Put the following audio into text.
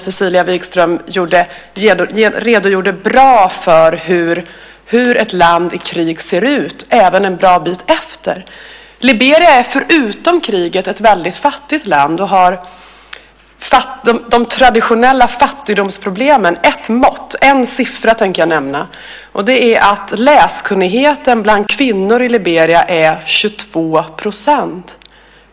Cecilia Wigström redogjorde bra för hur ett land i krig ser ut, även en bra bit efter. Liberia är, förutom kriget, ett väldigt fattigt land och har de traditionella fattigdomsproblemen. Ett mått, en siffra, tänker jag nämna. Det är att läskunnigheten bland kvinnor i Liberia är 22 %.